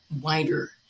wider